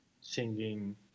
singing